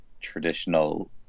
traditional